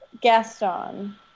Gaston